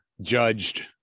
judged